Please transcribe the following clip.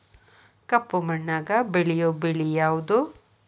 ಕಪ್ಪು ಮಣ್ಣಾಗ ಬೆಳೆಯೋ ಬೆಳಿ ಯಾವುದು?